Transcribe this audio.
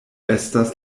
estas